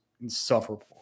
insufferable